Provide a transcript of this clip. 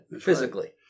physically